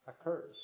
occurs